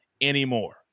anymore